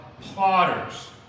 plotters